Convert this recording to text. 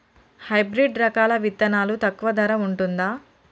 Hybrid రకాల విత్తనాలు తక్కువ ధర ఉంటుందా?